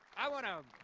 i want to